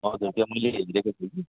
हजुर त्यहाँ मैले हेरिदिएको छु कि